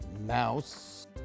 mouse